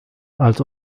als